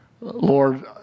Lord